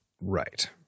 right